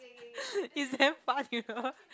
is damn fun you know